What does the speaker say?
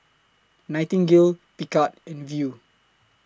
Nightingale Picard and Viu